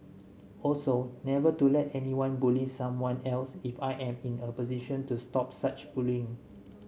also never to let anyone bully someone else if I am in a position to stop such bullying